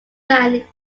man